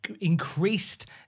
increased